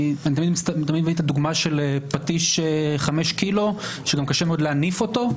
אני תמיד מביא את הדוגמה של פטיש 5 קילו שגם קשה מאוד להניף אותו,